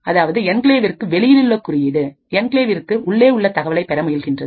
அதாவது என்கிளேவிற்கு வெளியிலுள்ள குறியீடு என்கிளேவிற்கு உள்ளே உள்ள தகவலை பெற முயல்கின்றது